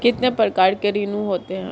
कितने प्रकार के ऋण होते हैं?